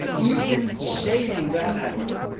even saying that, however,